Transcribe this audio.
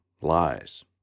lies